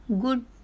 good